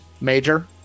major